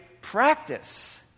practice